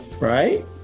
right